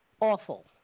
awful